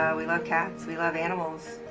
um we love cats. we love animals.